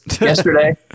yesterday